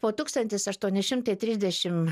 po tūkstantis aštuoni šimtai trisdešim